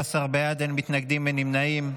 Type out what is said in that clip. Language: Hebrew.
13 בעד, אין מתנגדים, אין נמנעים.